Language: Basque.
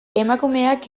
emakumeak